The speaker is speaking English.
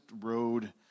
road